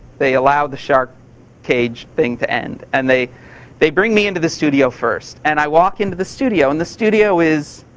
they allow the shark cage thing to end. and they they bring me into the studio first. and i walk into the studio and the studio is,